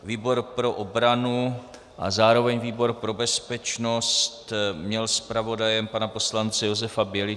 Výbor pro obranu a zároveň výbor pro bezpečnost měl zpravodajem pana poslance Josefa Bělicu...